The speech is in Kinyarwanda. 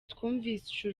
twumvise